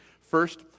First